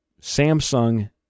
Samsung